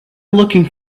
looking